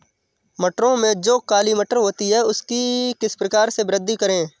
मटरों में जो काली मटर होती है उसकी किस प्रकार से वृद्धि करें?